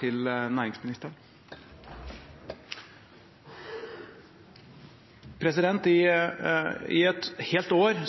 til næringsministeren. I et helt år